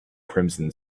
crimson